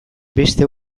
beste